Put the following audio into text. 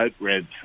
red